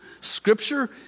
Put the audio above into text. Scripture